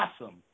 awesome